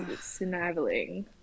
sniveling